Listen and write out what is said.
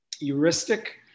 heuristic